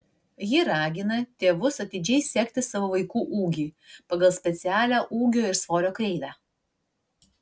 ji ragina tėvus atidžiai sekti savo vaikų ūgį pagal specialią ūgio ir svorio kreivę